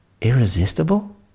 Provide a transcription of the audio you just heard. irresistible